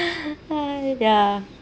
!haiya!